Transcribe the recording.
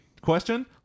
question